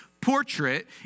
portrait